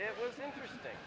it was interesting